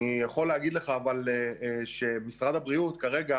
אני יכול להגיד לך אבל שמשרד הבריאות כרגע